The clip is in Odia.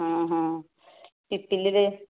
ହଁ ହଁ ପିପିଲିରେ